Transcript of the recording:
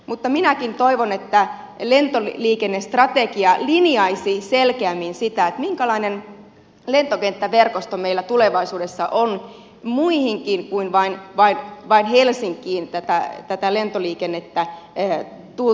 mutta minäkin toivon että lentoliikennestrategia linjaisi selkeämmin sitä minkälainen lentokenttäverkosto meillä tulevaisuudessa on muihinkin kuin vain helsinkiin tultaessa